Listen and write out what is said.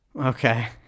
Okay